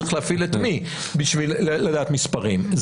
צריך להפעיל את מי בשביל לדעת מספרים?